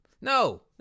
No